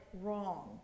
wrong